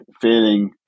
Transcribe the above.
feeling